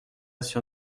sur